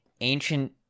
ancient